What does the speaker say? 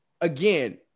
again